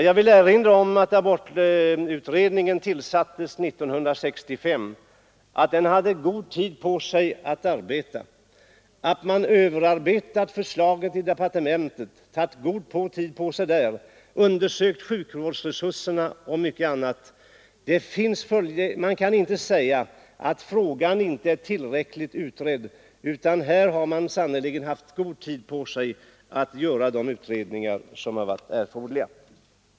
Jag vill erinra om att abortutredningen tillsattes 1965, att den hade god tid på sig att arbeta, att man överarbetat förslaget i departementet och tagit god tid på sig där, undersökt sjukvårdsresurserna och mycket annat. Det kan inte sägas att frågan inte är tillräckligt utredd, utan här har man sannerligen haft god tid på sig att göra de utredningar som varit erforderliga.